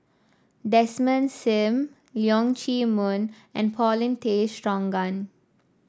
Desmond Sim Leong Chee Mun and Paulin Tay Straughan